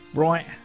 Right